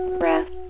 breath